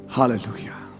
Hallelujah